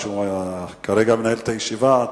שכרגע מנהל את הישיבה,